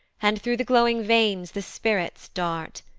and through the glowing veins the spirits dart.